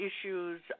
issues